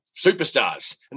superstars